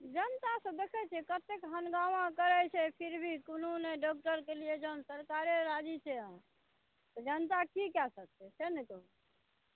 जनता सभ देखै छियै कतेक हन्गामा सभ करै छै फिर भी कोनो नहि डॉक्टरके लिए सरकारे राजी छै तऽ जनता की कय सकतेै से ने कहू